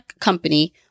company